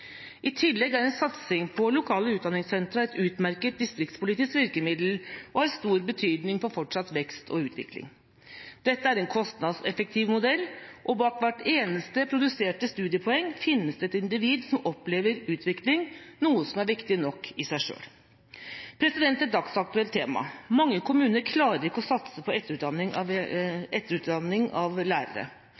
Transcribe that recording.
I tillegg er en satsing på lokale utdanningssentre et utmerket distriktspolitisk virkemiddel og har stor betydning for fortsatt vekst og utvikling. Dette er en kostnadseffektiv modell, og bak hvert eneste produserte studiepoeng finnes det et individ som opplever utvikling, noe som er viktig nok i seg selv. Til et dagsaktuelt tema: Mange kommuner klarer ikke å satse på etterutdanning av lærere.